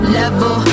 level